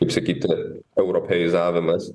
kaip sakyti europeizavimas